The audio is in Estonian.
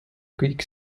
kõik